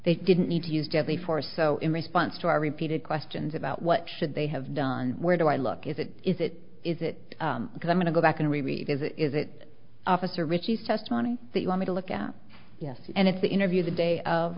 they didn't need to use deadly force so in response to our repeated questions about what should they have done where do i look is it is it is it because i'm going to go back and revisit is it officer richie's testimony that you want me to look at yes and it's the interview the day of